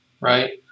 right